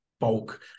bulk